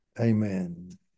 Amen